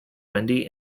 wendy